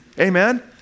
Amen